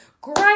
Great